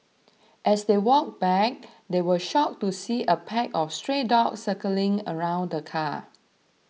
as they walked back they were shocked to see a pack of stray dogs circling around the car